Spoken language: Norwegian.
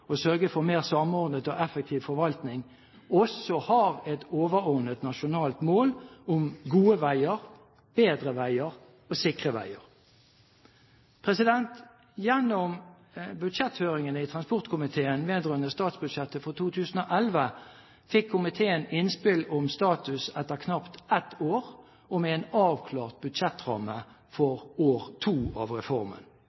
og sørge for en mer samordnet og effektiv forvaltning» også har et overordnet nasjonalt mål om gode veier, bedre veier og sikre veier. Gjennom budsjetthøringene i transportkomiteen vedrørende statsbudsjettet for 2011 fikk komiteen innspill om status etter knapt et år om en avklart budsjettramme